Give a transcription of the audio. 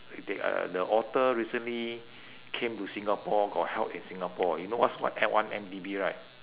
the uh the author recently came to singapore got held in singapore you know what's o~ one-M_D_B right